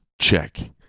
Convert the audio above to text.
check